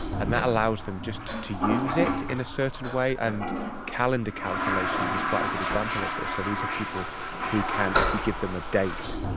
and that allows them just to use it in a certain way, and calendar calculations is quite a good example of this. so these are people who can, if you give them a date,